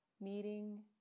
meeting